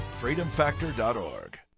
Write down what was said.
Freedomfactor.org